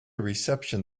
reception